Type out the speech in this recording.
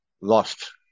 lost